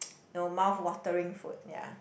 you know mouth watering food ya